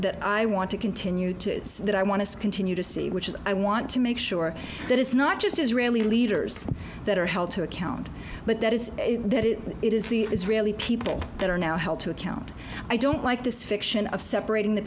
that i want to continue to that i want to continue to see which is i want to make sure that it's now not just israeli leaders that are held to account but that is it is the israeli people that are now held to account i don't like this fiction of separating the